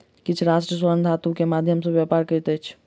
किछ राष्ट्र स्वर्ण धातु के माध्यम सॅ व्यापार करैत अछि